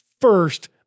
first